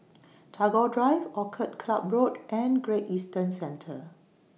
Tagore Drive Orchid Club Road and Great Eastern Centre